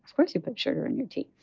course, you put sugar in your tea.